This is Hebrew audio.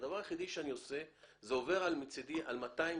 הדבר היחידי שאני עושה זה עובר על 200 סעיפים.